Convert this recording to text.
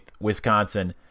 Wisconsin